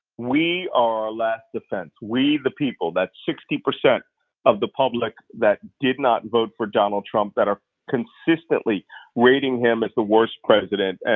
we are our last defense. we the people, that sixty percent of the public that did not vote for donald trump, that are consistently rating him as the worst president, and